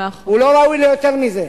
הוא לא ראוי ליותר מזה.